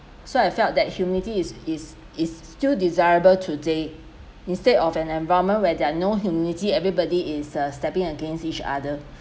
so I feel that humility is is is still desirable today instead of an environment where there is no humility everybody is uh stabbing against each other